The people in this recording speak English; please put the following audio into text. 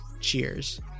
Cheers